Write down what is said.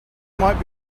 might